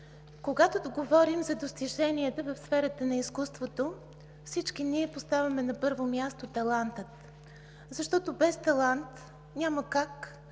Когато говорим за достиженията в сферата на изкуството, всички ние поставяме на първо място таланта, защото без талант няма как